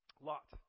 Lot